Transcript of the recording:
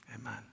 Amen